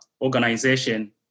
Organization